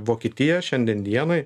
vokietija šiandien dienai